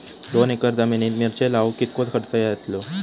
दोन एकर जमिनीत मिरचे लाऊक कितको खर्च यातलो?